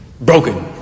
broken